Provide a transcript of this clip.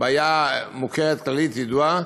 בעיה מוכרת, כללית, ידועה.